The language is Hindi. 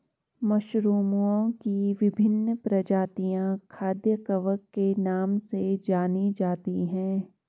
मशरूमओं की विभिन्न प्रजातियां खाद्य कवक के नाम से जानी जाती हैं